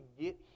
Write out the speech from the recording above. get